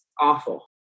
awful